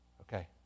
Okay